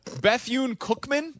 Bethune-Cookman